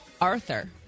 Arthur